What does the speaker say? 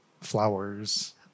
flowers